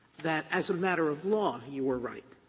that as a matter of law, you were right.